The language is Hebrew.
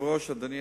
אז תגיד את זה.